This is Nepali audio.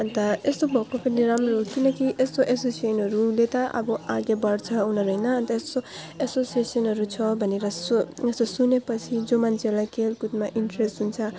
अन्त यस्तो भएको पनि राम्रो हो किनकि यस्तो एसोसिएसनहरूले त अब अघि बढ्छ उनीहरू होइन अन्त यसो एसोसिएसनहरू छ भनेर सो यस्तो सुनेपछि जो मान्छेलाई खेलकुदमा इन्ट्रेस्ट हुन्छ